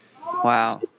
Wow